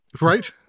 right